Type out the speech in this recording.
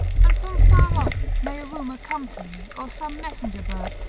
and from far off may a rumour come to me or some messenger-bird,